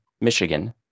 Michigan